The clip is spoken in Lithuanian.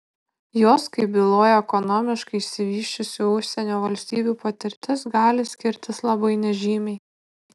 jos kaip byloja ekonomiškai išsivysčiusių užsienio valstybių patirtis gali skirtis labai nežymiai